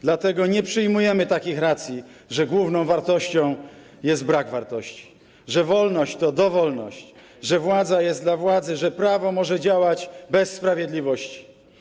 Dlatego nie przyjmujemy takich racji, że główną wartością jest brak wartości, że wolność to dowolność, że władza jest dla władzy, że prawo może działać bez sprawiedliwości.